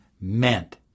meant